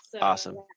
Awesome